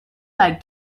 like